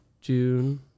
June